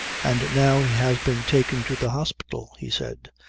and now he has been taken to the hospital, he said.